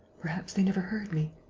perhaps they never heard me.